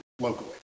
locally